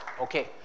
Okay